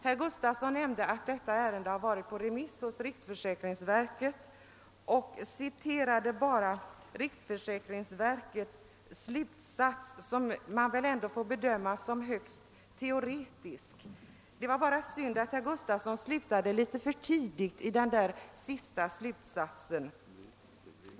Herr Gustavsson i Alvesta nämnde att detta ärende har varit på remiss hos riksförsäkringsverket. Han = citerade riksförsäkringsverkets = slutsats, som man väl ändå får bedöma som högst teoretisk. Det var bara synd att herr Gustavsson slutade litet för tidigt i den sista slutsatsen.